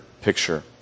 picture